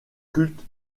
culte